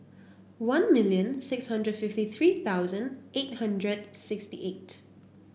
one million six hundred fifty three thousand eight hundred sixty eight